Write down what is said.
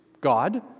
God